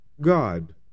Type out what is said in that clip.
God